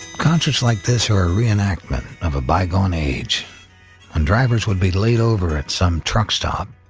conscious like this, or a reenactment of a bygone age when drivers would be laid over at some truck stop.